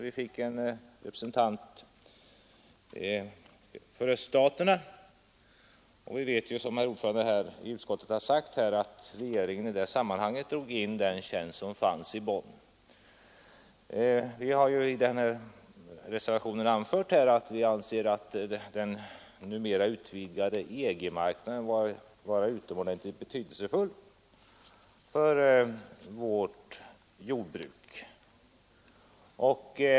Vi fick en befattning för öststaterna, och som utskottets ordförande sagt drog regeringen i det sammanhanget in den tjänst som fanns i Bonn. I reservationen har vi anfört att vi anser den numera utvidgade EG-marknaden vara utomordentligt betydelsefull för vårt jordbruk.